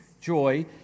joy